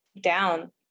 down